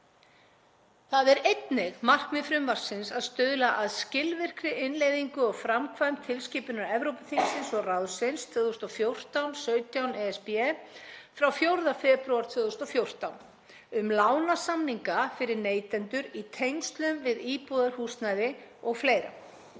Það er einnig markmið frumvarpsins að stuðla að skilvirkri innleiðingu og framkvæmd tilskipunar 2014/17/ESB, frá 4. febrúar 2014, um lánasamninga fyrir neytendur í tengslum við íbúðarhúsnæði og fleira.